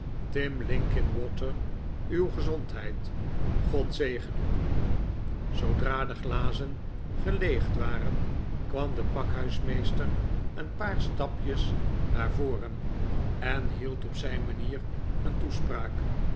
tim linkinwater uw gezondheid god ze gene u zoodra de glazen geleegd waren kwam de pakhuismeester een paar stapjes naar voren en hield op zijn manier een toespraak